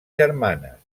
germanes